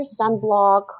sunblock